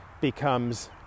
becomes